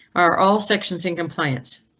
are all sections in compliance?